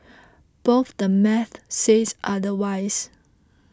both the math says otherwise